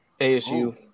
ASU